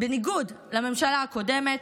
בניגוד לממשלה הקודמת,